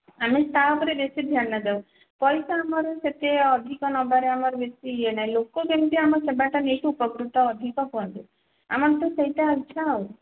ଆମେ ତା'ଉପରେ ବେଶୀ ଧ୍ୟାନ ଦେଉ ପଇସା ଆମର ସେତେ ଅଧିକ ନେବାର ଆମର ବେଶୀ ଇଏ ନାହିଁ ଲୋକ ଯେମିତି ଆମର ସେବା ନେଇକି ଉପକୃତ ଅଧିକ ହୁଅନ୍ତୁ ଆମର ତ ସେଇଟା ଅଧିକା ଆଉ